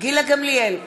גילה גמליאל,